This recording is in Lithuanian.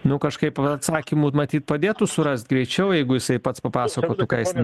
nu kažkaip atsakymų matyt padėtų surast greičiau jeigu jisai pats papasakotų ką jis ten